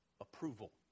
Approval